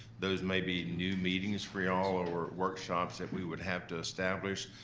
those may be new meetings for you all, or workshops that we would have to establish.